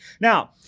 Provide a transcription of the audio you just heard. Now